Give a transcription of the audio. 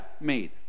made